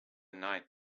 night